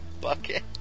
bucket